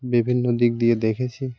বিভিন্ন দিক দিয়ে দেখেছি